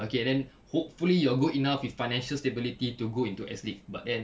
okay then hopefully you're good enough with financial stability to go into S league but then